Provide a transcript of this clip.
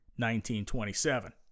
1927